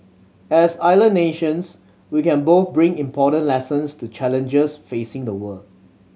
as island nations we can both bring important lessons to challenges facing the world